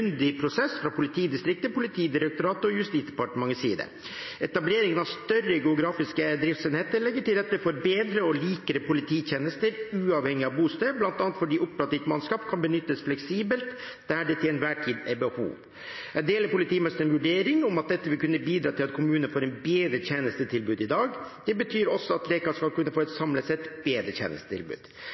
prosess fra politidistriktet, Politidirektoratet og Justisdepartementets side. Etableringen av større geografiske driftsenheter legger til rette for bedre og likere polititjenester, uavhengig av bosted, bl.a. fordi operativt mannskap kan benyttes fleksibelt der det til enhver tid er behov. Jeg deler politimesterens vurdering – at dette vil kunne bidra til at kommunen får et bedre tjenestetilbud i dag. Det betyr også at Leka samlet sett skal kunne få et bedre tjenestetilbud.